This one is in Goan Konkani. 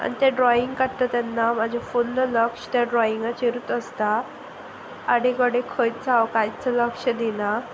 आनी तें ड्रॉइंग काडता तेन्ना म्हजें फुल्ल लक्ष त्या ड्रॉइंगाचेरूच आसता आडे कडेन खंयचो हांव कांयच लक्ष दिना